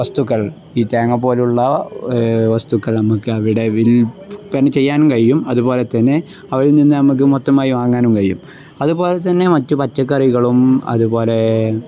വസ്തുക്കൾ ഈ തേങ്ങ പോലെയുള്ള വസ്തുക്കൾ നമുക്ക് അവിടെ വൽപ്പന ചെയ്യാനും കഴിയും അതുപോലെ തന്നെ അവിരിൽ നിന്ന് നമുക്ക് മൊത്തമായി വാങ്ങാനും കഴിയും അതുപോലെ തന്നെ മറ്റ് പച്ചക്കറികളും അതുപോലെ